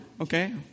Okay